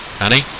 Annie